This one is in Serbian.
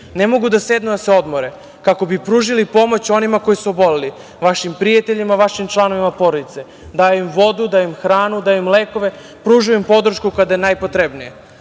ne mogu da sednu da se odmore kako bi pružili pomoć onima koji su oboleli, vašim prijateljima, vašim članovima porodice, daju im vodu, daju im hranu, daju im lekove, pružaju im podršku kada je najpotrebnije. Da